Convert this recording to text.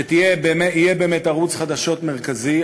שיהיה באמת ערוץ חדשות מרכזי,